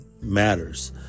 matters